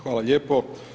Hvala lijepo.